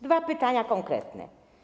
Dwa pytania konkretne.